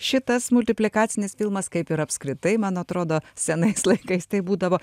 šitas multiplikacinis filmas kaip ir apskritai man atrodo senais laikais taip būdavo